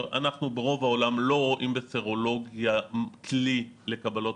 ברוב העולם לא רואים בסרולוגיה כלי לקבלת